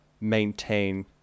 maintain